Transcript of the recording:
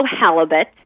halibut